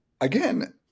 again